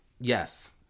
yes